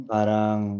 Parang